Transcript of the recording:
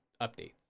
updates